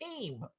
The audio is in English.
team